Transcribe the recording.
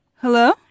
Hello